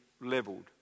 leveled